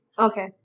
Okay